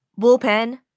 Bullpen